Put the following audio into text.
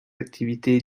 activités